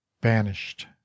banished